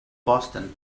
boston